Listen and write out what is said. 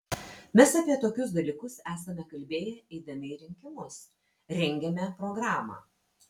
mes apie tokius dalykus esame kalbėję eidami į rinkimus rengėme programą